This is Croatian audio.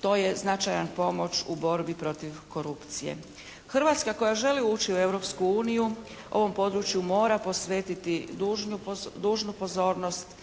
to je značajna pomoć u borbi protiv korupcije. Hrvatska koja želi ući u Europsku uniju ovom području mora posvetiti dužnu pozornost